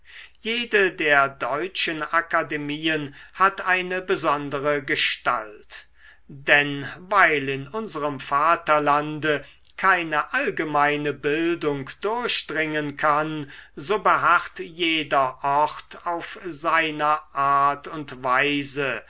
jede der deutschen akademien hat eine besondere gestalt denn weil in unserem vaterlande keine allgemeine bildung durchdringen kann so beharrt jeder ort auf seiner art und weise